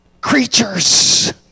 creatures